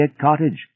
cottage